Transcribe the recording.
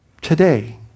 today